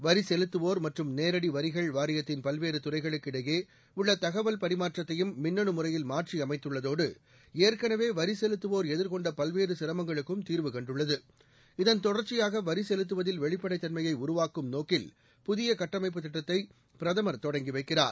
வரி செலுத்துவோர் மற்றும் நேரடி வரிகள் வாரியத்தின் பல்வேறு துறைகளுக்கு இடையே உள்ள தகவல் பரிமாற்றத்தையும் மின்னனு முறையில் மாற்றியமைத்துள்ளதோடு ஏற்கனவே வரி செலுத்துவோர் எதிர்கொண்ட பல்வேறு சிரமங்களுக்கும் தீர்வு கண்டுள்ளது இதன் தொடர்ச்சியாக வரி செலுத்துவதில் வெளிப்படைத் தன்மையை உருவாக்கும் நோக்கில் புதிய கட்டமைப்புத் திட்டத்தை பிரதமர் தொடங்கி வைக்கிறார்